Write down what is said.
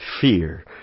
fear